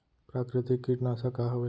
प्राकृतिक कीटनाशक का हवे?